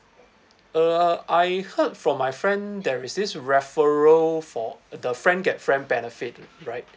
uh I heard from my friend there is this referral for the friend get friend benefit right